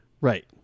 Right